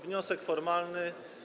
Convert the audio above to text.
Wniosek formalny.